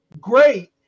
great